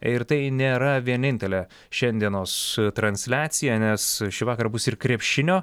ir tai nėra vienintelė šiandienos transliacija nes šįvakar bus ir krepšinio